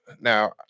Now